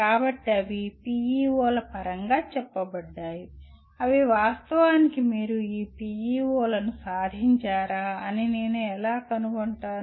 కాబట్టి అవి PEO ల పరంగా చెప్పబడ్డాయి అవి వాస్తవానికి మీరు ఈ PEO లను సాధించారా అని నేను ఎలా కనుగొంటాను